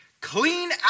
Clean